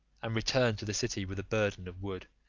and returned to the city with a burden of wood,